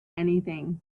anything